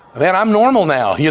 man i'm normal now. yeah